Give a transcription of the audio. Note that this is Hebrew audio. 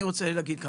אני רוצה להגיד משהו.